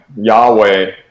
Yahweh